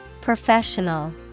Professional